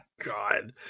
God